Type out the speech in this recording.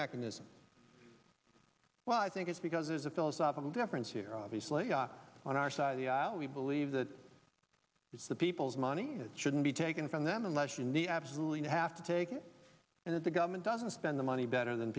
mechanism well i think it's because there's a philosophical difference here obviously got on our side of the aisle we believe that it's the people's money that shouldn't be taken from them unless you absolutely have to take it and if the government doesn't spend the money better than